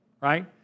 right